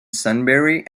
sunbury